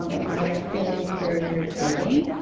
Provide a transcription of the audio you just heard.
um it might have been for digging.